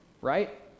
right